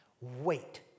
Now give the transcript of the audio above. Wait